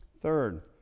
Third